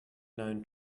known